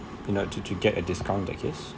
you know to to get a discount in that case